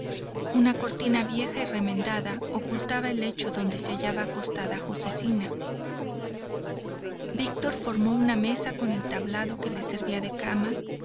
una cortina vieja y remendada ocultaba el lecho donde se hallaba acostada josefina víctor formó una mesa con el tablado que le servía de cama